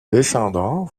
descendants